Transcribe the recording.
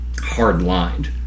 hard-lined